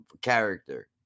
character